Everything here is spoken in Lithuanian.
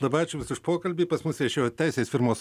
labai ačiū jums už pokalbį pas mus viešėjo teisės firmos